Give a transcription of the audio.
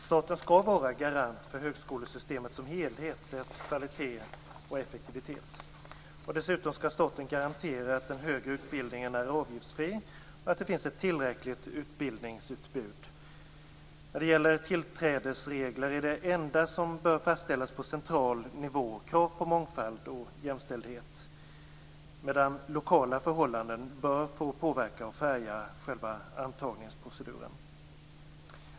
Staten skall vara garant för högskolesystemet som helhet, dess kvalitet och effektivitet. Dessutom skall staten garantera att den högre utbildningen är avgiftsfri och att det finns ett tillräckligt utbildningsutbud. När det gäller tillträdesregler är det enda som bör fastställas på central nivå krav på mångfald och jämställdhet, medan lokala förhållanden bör få påverka och färga själva antagningsproceduren.